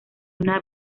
una